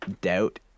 doubt